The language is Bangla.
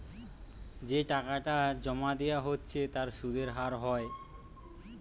যে টাকাটা জোমা দিয়া হচ্ছে তার সুধের হার হয়